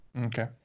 Okay